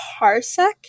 Parsec